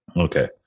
Okay